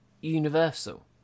universal